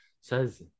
says